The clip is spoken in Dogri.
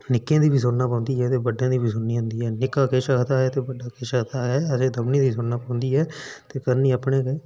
निक्कें दी बी सुनना पौंदी ऐ ते बड्डें दी बी सुननी होंदी ऐ निक्का किश आखदा ऐ ते बड्डा किश आखदा ते असें दौनीं दी सुनना पौंदी ऐ ते करनी अपने गै